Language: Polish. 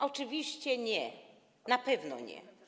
Oczywiście nie, na pewno nie.